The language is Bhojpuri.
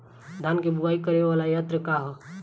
धान के बुवाई करे वाला यत्र का ह?